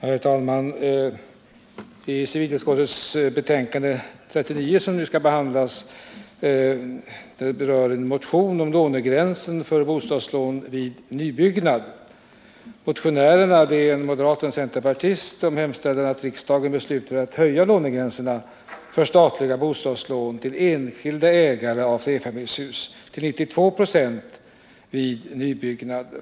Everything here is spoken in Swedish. Herr talman! I civilutskottets betänkande nr 39 behandlas en motion om lånegränsen för bostadslån vid nybyggnad. Motionärerna — en moderat och en centerpartist — hemställer att riksdagen skall besluta att höja lånegränsen för statliga bostadslån till enskilda ägare av flerfamiljshus till 92 96 vid nybyggnad.